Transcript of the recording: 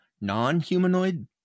Non-humanoid